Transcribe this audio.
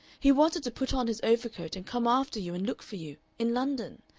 he wanted to put on his overcoat and come after you and look for you in london.